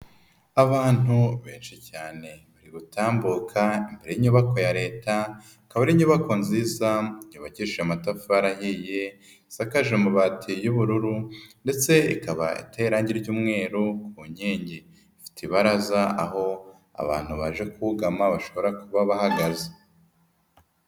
Abantu benshi cyane bari gutambuka imbere y'inyubako ya Leta, ikaba ari inyubako nziza yubakishije amatafari ahiye, isakaje amabati y'ubururu ndetse ikaba iteye irangi ry'umweru ku nkingi, ifite ibaraza aho abantu baje kugama bashobora kuba bahagaze.